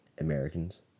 Americans